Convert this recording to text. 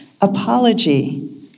apology